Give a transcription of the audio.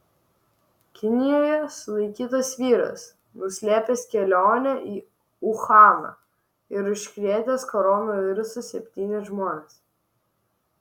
kinijoje sulaikytas vyras nuslėpęs kelionę į uhaną ir užkrėtęs koronavirusu septynis žmones